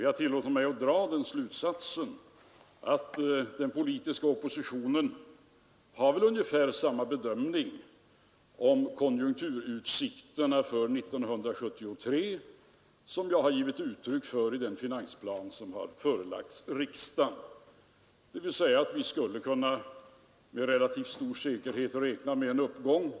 Jag tillåter mig att dra den slutsatsen att den politiska oppositionen har ungefär samma bedömning av konjunkturutsikterna för 1973 som jag har givit uttryck för i den finansplan som förelagts riksdagen, dvs. att vi med relativt stor säkerhet skulle kunna räkna med en uppgång.